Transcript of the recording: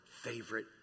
favorite